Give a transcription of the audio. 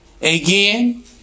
again